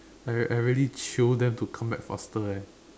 I really jio them to come back faster eh